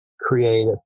create